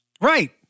Right